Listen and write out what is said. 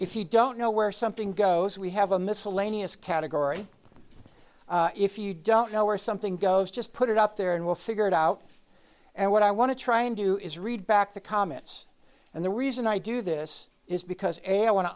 if you don't know where something goes we have a miscellaneous category if you don't know where something goes just put it up there and we'll figure it out and what i want to try and do is read back the comments and the reason i do this is because a